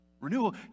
Renewal